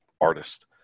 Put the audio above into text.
artist